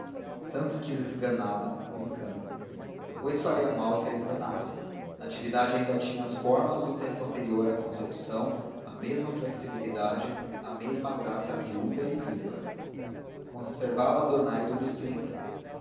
santos quis esganá la brincando pois faria mal se a esganasse natividade ainda tinha as formas do tempo anterior à concepção a mesma flexibilidade a mesma graça miúda e viva conservava o donaire dos trinta